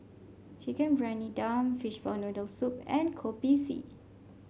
Chicken Briyani Dum Fishball Noodle Soup and Kopi C